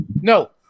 no